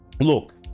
look